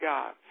God